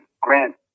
Grant